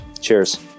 cheers